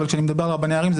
אבל כשאני מדבר על רבני ערים,